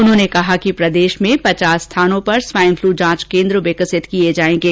उन्होंने कहा कि प्रदेश में पचास जगहों पर स्वाईनफलू जांच केन्द्र विकसित किए जाएंगे